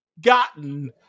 gotten